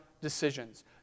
decisions